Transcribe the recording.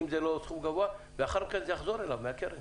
אם זה לא סכום גבוה ואחר כך זה יחזור אליו מהקרן.